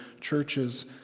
churches